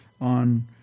on